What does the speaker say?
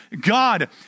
God